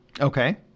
Okay